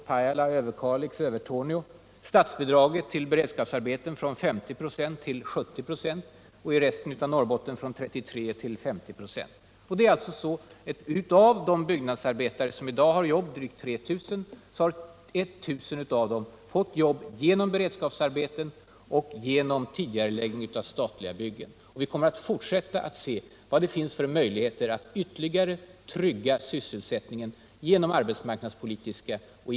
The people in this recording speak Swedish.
Pajala, Överkalix och Övertorneå — har vi höjt statsbidraget till beredskapsarbeten från 50 till 70 26: 1 andra delar av Norrbotten har bidraget höjts från 33 till 50 2ö. Det är alltså så, att av de byggnadsarbetare som I dag har jobb —- drygt 3 000 —- har i 000 fåu sina jobb genom beredskapsarbeten och genom tidigarcläggning av statliga byggen. Och vi kommer att fortsätta att se efter vad det finns för att säkra sysselsättningen för byggnadsarbetare Om åtgärder för att säkra svsselsättningen för byggnadsarbetare i Norrbotten möjligheter att trygga sysselsättningen genom vtterligare arbetsmarknadspolitiska och industripolitiska satsningar i Norrbotten. LARS WERNER Herr talman! Jag hävdar i alla fall att hur mycket ni än satsar f. n., så kom ni för sent. Ni lyssnade inte på varningarna från byggnadsarbetarna och de fackliga organisationerna i Norrbotten.